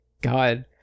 god